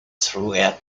throughout